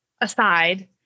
aside